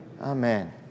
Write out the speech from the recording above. Amen